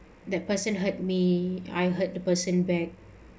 that person hurt me I hurt the person back